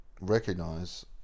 recognize